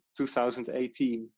2018